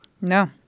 No